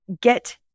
get